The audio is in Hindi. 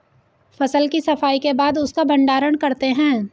फसल की सफाई के बाद उसका भण्डारण करते हैं